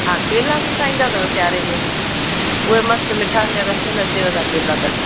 हा केला सुठा ईंदा अथव सियारे में उहा मस्तु मिठा हीअंर रसीला अचेव पिया केला त